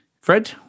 Fred